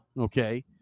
Okay